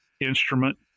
instrument